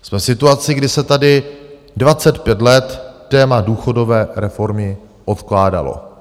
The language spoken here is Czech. Jsme v situaci, kdy se tady 25 let téma důchodové reformy odkládalo.